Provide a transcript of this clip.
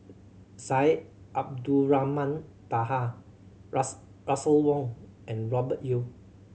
Syed Abdulrahman Taha Russel Wong and Robert Yeo